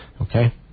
Okay